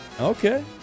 Okay